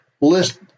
list